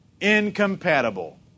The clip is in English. incompatible